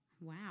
Wow